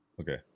okay